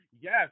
yes